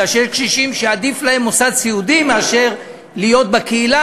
בגלל שיש קשישים שעדיף להם מוסד סיעודי מאשר להיות בקהילה,